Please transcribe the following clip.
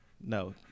No